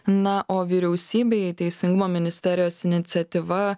na o vyriausybei teisingumo ministerijos iniciatyva